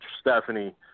Stephanie